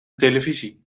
televisie